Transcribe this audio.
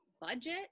budget